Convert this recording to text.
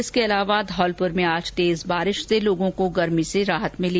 इसके अलावा धौलपुर में आज तेज बारिश से लोगों को गर्मी से राहत मिली